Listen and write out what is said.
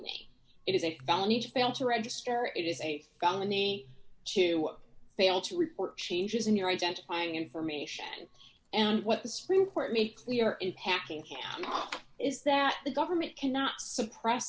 to fail to register it is a felony to fail to report changes in your identifying information and what the supreme court made clear is packing carol is that the government cannot suppress